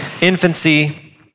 infancy